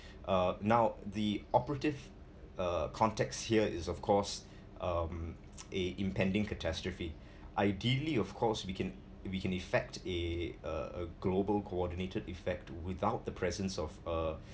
uh now the operative uh context here is of course um a impending catastrophe ideally of course we can we can affect a uh a global coordinated effect without the presence of a